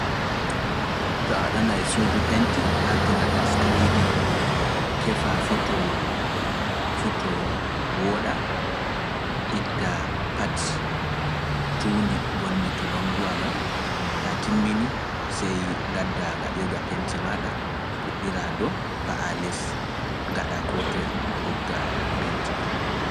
To a waɗanay suudu penti arto ngaɗaa screeding kefaa fuu to - fuu to wooɗaa, ittaa pat tuundi ngonndi to banngowa ngan, ta a timminii sey ngaddaa ngaɗirga penti maaɗa puɗɗiraa dow pa'aa les, ngaɗaa koo toye goggaa penti ɗum.